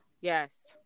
Yes